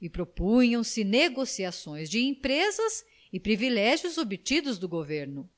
e propunham se negociações de empresas e privilégios obtidos do governo